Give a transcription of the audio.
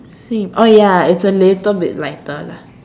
same oh ya it's a little bit lighter lah